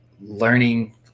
learning –